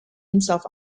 himself